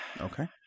Okay